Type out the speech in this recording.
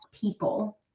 people